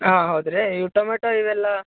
ಹಾಂ ಹೌದು ರೀ ಇವು ಟೊಮ್ಯಾಟೊ ಇವೆಲ್ಲ